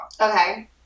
okay